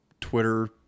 Twitter